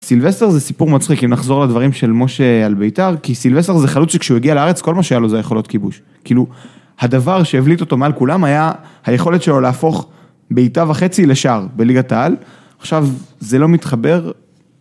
סילבסטר זה סיפור מצחיק, אם נחזור לדברים של משה על בית"ר, כי סילבסטר זה חלוץ שכשהוא הגיע לארץ, כל מה שהיה לו זה היכולות כיבוש. כאילו, הדבר שהבליט אותו מעל כולם, היה היכולת שלו להפוך בעיטה וחצי לשער, בליגת העל. עכשיו, זה לא מתחבר.